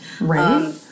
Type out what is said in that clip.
Right